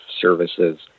services